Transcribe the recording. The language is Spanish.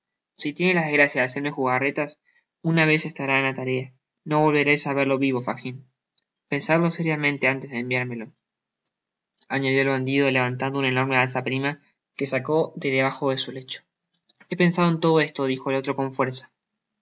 si tiene la desgracia de hacerme jugarretas una vez estará en la tarea no volvereis á verle vivo fagin pensadlo seriamente antes de enviármelo añadió el bandido levantando una enorme alza prima que sacó de debajo su lecho he pensado en todo esto dijo el otro con fuerza